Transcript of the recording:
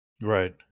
Right